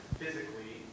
physically